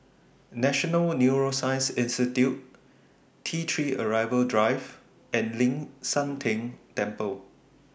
National Neuroscience Institute T three Arrival Drive and Ling San Teng Temple